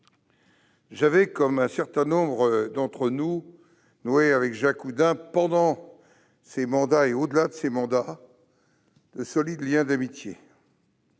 J'avais, comme un certain nombre d'entre nous, noué avec Jacques Oudin, pendant ses mandats et au-delà, de solides liens d'amitié.